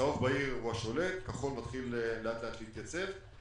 צהוב בהיר הוא השולט, כחול מתחיל לאט לאט להתייצב.